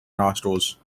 nostrils